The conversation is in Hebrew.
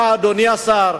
אדוני השר,